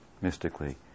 mystically